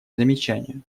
замечания